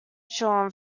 sean